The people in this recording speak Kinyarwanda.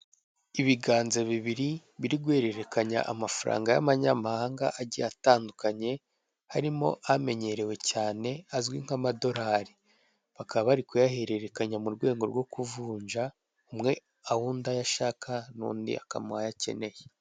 Ibiganza bibiri, biri guhererekenya amafaranga yamanyamahanga agiye atandukanye, harimo amenyerewe cyane, azwi nk'amadorari. Bakaba bari kuyahererekanya mu rwego rwo kuvunja, umwe aha undi ayo ashaka, n'undi akamuha ayo akaneye.